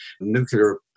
nuclear